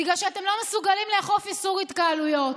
בגלל שאתם לא מסוגלים לאכוף איסור התקהלויות.